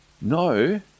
No